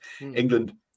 England